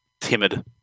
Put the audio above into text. timid